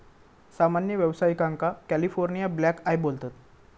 सामान्य व्यावसायिकांका California blackeye बोलतत